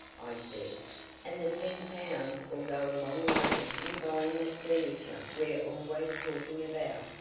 i said and the ten pounds'll go a long way in buying that furniture we're always talking about.